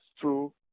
true